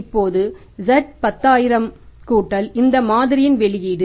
இப்போது z 10000 கூட்டல் இந்த மாதிரியின் வெளியீடு